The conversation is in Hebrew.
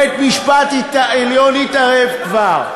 בית-המשפט העליון התערב כבר,